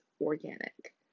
organic